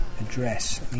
address